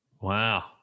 wow